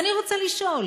ואני רוצה לשאול,